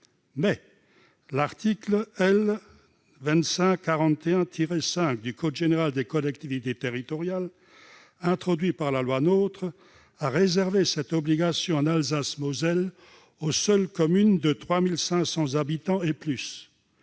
mais l'article L. 2541-5 du code général des collectivités locales issu de la loi NOTRe a réservé cette obligation, en Alsace-Moselle, aux seules communes de 3 500 habitants et plus.